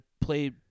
play